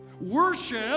worship